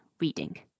reading